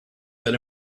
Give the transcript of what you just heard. that